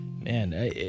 Man